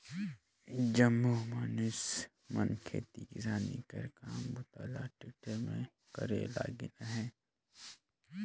जम्मो मइनसे मन खेती किसानी कर काम बूता ल टेक्टर मे करे लगिन अहे